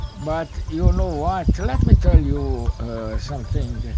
but you know what? let me tell you something.